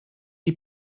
die